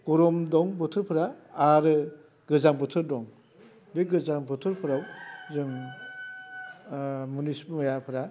गरम दं बोथोरफोरा आरो गोजां बोथोर दं बे गोजां बोथोरफोराव जों मुनिस मायाफोरा